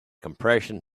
compression